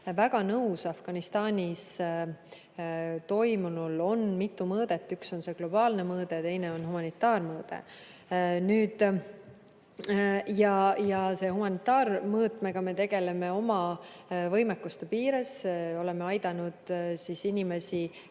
väga nõus, Afganistanis toimunul on mitu mõõdet, üks on globaalne mõõde ja teine on humanitaarmõõde. Selle humanitaarmõõtmega me tegeleme oma võimekuse piires. Oleme aidanud inimesi,